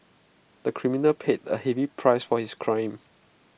the criminal paid A heavy price for his crime